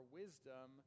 wisdom